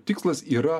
tikslas yra